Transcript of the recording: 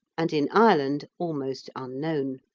and in ireland almost unknown.